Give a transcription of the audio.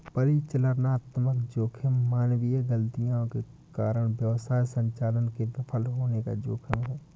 परिचालनात्मक जोखिम मानवीय गलतियों के कारण व्यवसाय संचालन के विफल होने का जोखिम है